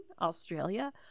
Australia